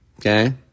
okay